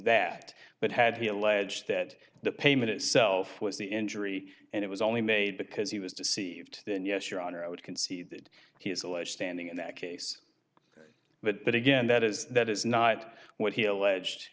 that but had he alleged that the payment itself was the injury and it was only made because he was deceived then yes your honor i would concede that he has alleged standing in that case but but again that is that is not what he alleged